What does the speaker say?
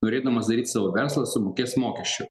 norėdamas daryt savo verslą sumokės mokesčių